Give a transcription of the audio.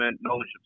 knowledge